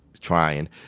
trying